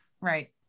Right